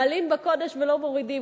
מעלים בקודש ולא מורידים.